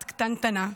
בת קטנטנה,